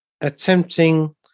attempting